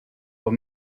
were